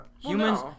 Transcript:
Humans